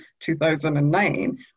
2009